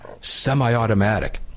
semi-automatic